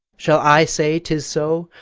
shall i say tis so?